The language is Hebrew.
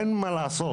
אין מה לעשות.